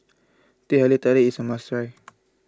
Teh Halia Tarik is a must try